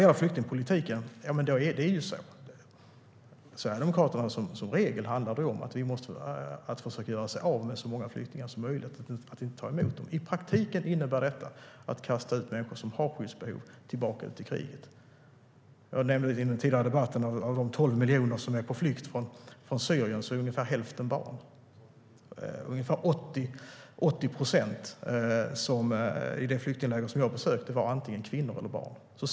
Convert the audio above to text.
För Sverigedemokraterna handlar flyktingpolitiken som regel om att försöka göra sig av med så många flyktingar som möjligt och om att inte ta emot dem. I praktiken innebär detta att man kastar ut människor med skyddsbehov tillbaka till krig. Jag nämnde i den tidigare debatten att av de 12 miljoner som är på flykt från Syrien är ungefär hälften barn. Ungefär 80 procent i det flyktingläger som jag besökte var antingen kvinnor eller barn.